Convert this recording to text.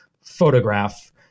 photograph